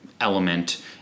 element